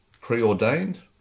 preordained